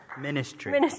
Ministry